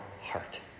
heart